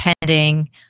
pending